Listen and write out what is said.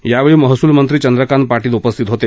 यावेळी महसूल मंत्री चंद्रकांत पाटील उपस्थित होते